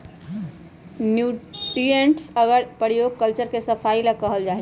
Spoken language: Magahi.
न्यूट्रिएंट्स अगर के प्रयोग कल्चर के सफाई ला कइल जाहई